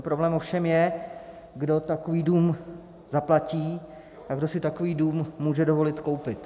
Problém ovšem je, kdo takový dům zaplatí a kdo si takový dům může dovolit koupit.